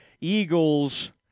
Eagles